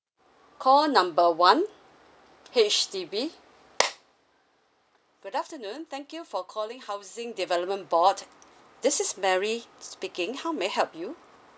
call number one H_D_B good afternoon thank you for calling housing development board this is mary speaking how may I help you